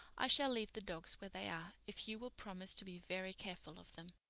i shall leave the dogs where they are, if you will promise to be very careful of them,